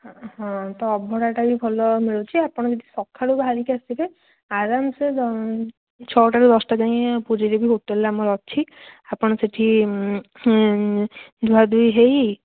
ହଁ ତ ଅଭଡ଼ାଟା ବି ଭଲ ମିଳୁଛି ଆପଣ ଯଦି ସକାଳୁ ବାହାରିକି ଆସିବେ ଆରାମ ସେ ଛଅଟାରୁ ଦଶଟା ଯାଏଁ ପୁରୀରେ ବି ହୋଟେଲ ଆମର ଅଛି ଆପଣ ସେଠି ଧୁଆ ଧୁଇ ହେଇ